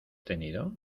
tenido